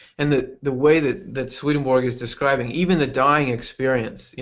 and the the way that that swedenborg is describing, even the dying experience, yeah